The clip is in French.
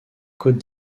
côte